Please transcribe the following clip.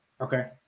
Okay